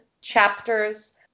chapters